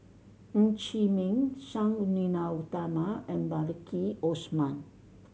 Ng Chee Meng Sang Nila Utama and Maliki Osman